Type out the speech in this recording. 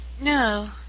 no